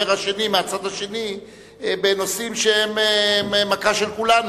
השני מהצד השני בנושאים שהם מכה של כולנו,